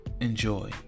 enjoy